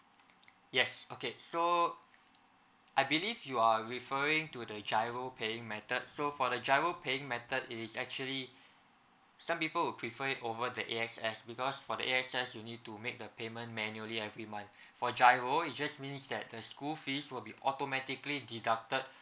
yes okay so I believe you are referring to the giro paying method so for the giro paying method it is actually some people will prefer it over the A_X_S because for the A_X_S you need to make the payment manually every month for giro it just means that the school fees will be automatically deducted